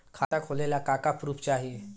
खाता खोलले का का प्रूफ चाही?